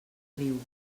riu